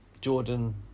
Jordan